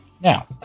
Now